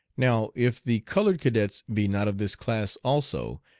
now if the colored cadets be not of this class also,